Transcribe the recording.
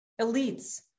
elites